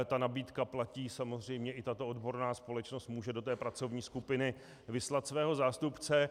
Ta nabídka platí samozřejmě, i tato odborná společnost může do té pracovní skupiny vyslat svého zástupce.